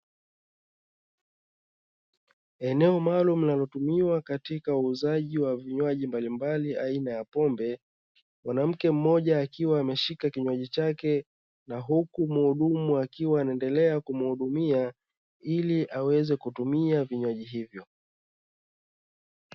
Eneo maalumu linalotumiwa katika uuzaji wa vinywaji mbalimbali aina ya pombe, mwanamke mmoja akiwa ameshika kinywaji chake na huku muhudumu akiwa anaendelea kumuhudumia ili aweze kutumia vinywaji hivyo.